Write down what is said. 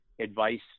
advice